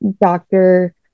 doctor